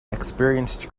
experienced